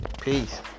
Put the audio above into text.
peace